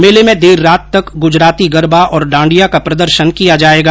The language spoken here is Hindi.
मेले में देर रात तक गुजराती गरबा और डांडिया का प्रदर्शन किया जायेगा